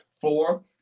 Four